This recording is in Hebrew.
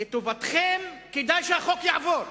לטובתכם, כדאי שהחוק יעבור,